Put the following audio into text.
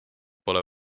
pole